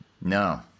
No